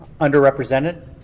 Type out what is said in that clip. underrepresented